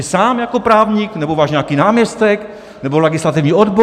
Vy sám jako právník, nebo nějaký váš náměstek, nebo legislativní odbor?